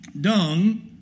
dung